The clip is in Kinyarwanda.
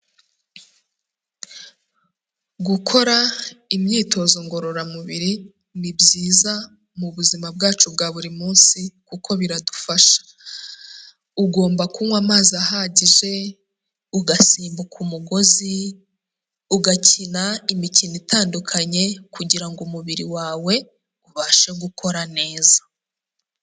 Gukora imyitozo ngororamubiri ni byiza mu buzima bwacu bwa buri munsi kuko biradufasha, ugomba kunywa amazi ahagije, ugasimbuka umugozi, ugakina imikino itandukanye kugira ngo umubiri wawe ubashe gukora neza.